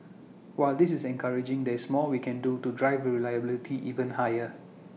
while this is encouraging there is more we can do to drive reliability even higher